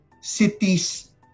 cities